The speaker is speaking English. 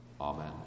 Amen